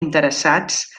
interessats